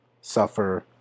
suffer